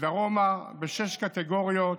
ודרומה בשש קטגוריות